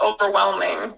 overwhelming